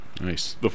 Nice